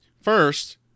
First